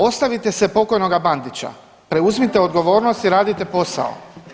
Ostavite se pokojnoga Bandića, preuzmite odgovornost i radite posao.